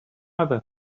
others